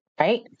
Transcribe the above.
Right